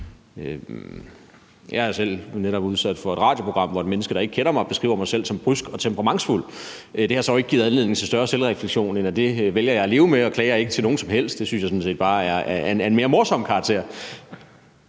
Jeg er selv netop udsat for et radioprogram, hvor et menneske, som ikke kender mig, beskriver mig som brysk og temperamentsfuld. Det har så ikke givet anledning til større selvrefleksion, for jeg vælger jeg at leve med det og klager ikke til nogen som helst. Det synes jeg sådan set bare er af en mere morsom karakter.